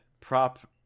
prop